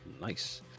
Nice